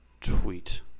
Tweet